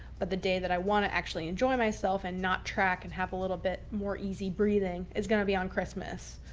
but the day that i want to actually enjoy myself and not track. and have a little bit more easy breathing is going to be on christmas.